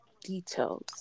details